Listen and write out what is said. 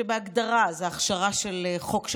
שבהגדרה זו הכשרה של חוק מושחת,